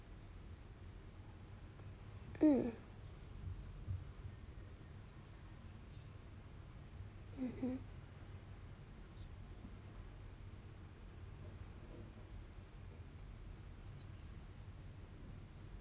mm mmhmm